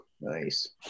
nice